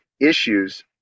issues